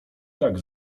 tak